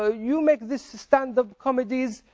so you make this standup comedys,